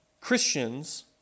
Christians